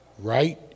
right